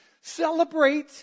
Celebrate